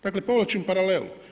Dakle povlačim paralelu.